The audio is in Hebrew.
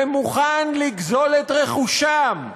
ומוכן לגזול את רכושם,